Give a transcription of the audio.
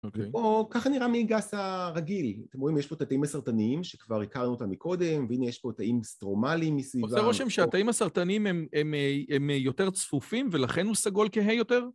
ובו... ככה נראה מעי הגס הרגיל. אתם רואים? יש פה את התאים הסרטניים שכבר הכרנו אותם מקודם, והנה יש פה את תאים סטרומליים מסביבם. עושה רושם שהתאים הסרטניים הם יותר צפופים ולכן הוא סגול כהה יותר?